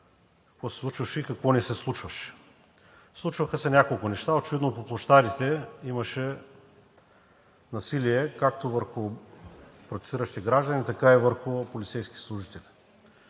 какво се случваше и какво не се случваше. Случваха се няколко неща. Очевидно по площадите имаше насилие както върху протестиращи граждани, така и върху полицейски служители.